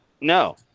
No